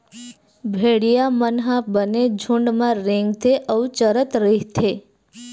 भेड़िया मन ह बने झूंड म रेंगथे अउ चरत रहिथे